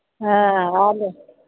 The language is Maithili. हं आलू